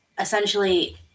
essentially